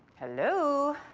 hello?